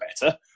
better